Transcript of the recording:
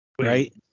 right